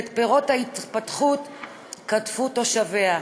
את פירות ההתפתחות קטפו תושביה.